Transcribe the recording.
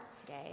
today